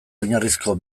oinarrizko